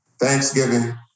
Thanksgiving